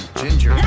ginger